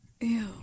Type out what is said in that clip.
Ew